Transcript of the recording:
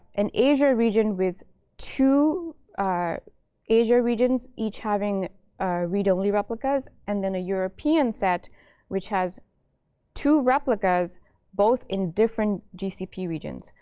an asia region with two asia regions each having read-only replicas, and then a european set which has two replicas both in different gcp regions.